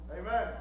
Amen